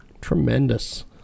Tremendous